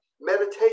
meditation